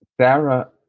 Sarah